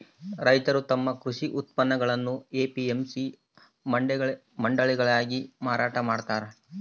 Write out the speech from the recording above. ರೈತರು ತಮ್ಮ ಕೃಷಿ ಉತ್ಪನ್ನಗುಳ್ನ ಎ.ಪಿ.ಎಂ.ಸಿ ಮಂಡಿಗಳಾಗ ಮಾರಾಟ ಮಾಡ್ತಾರ